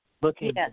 looking